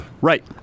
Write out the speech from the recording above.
Right